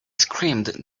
screamed